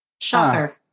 Shocker